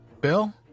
Bill